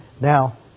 Now